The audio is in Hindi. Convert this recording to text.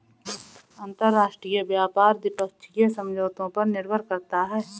अंतरराष्ट्रीय व्यापार द्विपक्षीय समझौतों पर निर्भर करता है